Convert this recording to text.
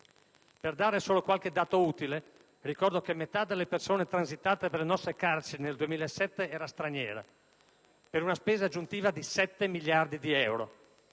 Per dare solo qualche dato utile, ricordo che metà delle persone transitate per le nostre carceri nel 2007 era straniera (per una spesa aggiuntiva di 7 miliardi di euro),